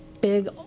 big